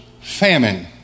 famine